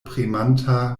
premanta